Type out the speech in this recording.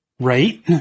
Right